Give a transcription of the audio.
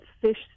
fish